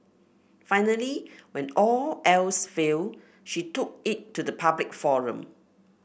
finally when all else failed she took it to the public forum